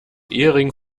ehering